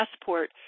passport